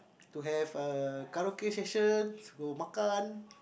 to have a karaoke session go makan